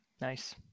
Nice